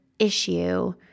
issue